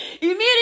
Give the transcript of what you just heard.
immediately